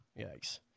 Yikes